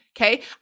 Okay